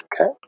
Okay